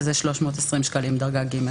320 שקלים.